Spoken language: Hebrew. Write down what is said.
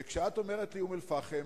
וכשאת אומרת לי: אום-אל-פחם,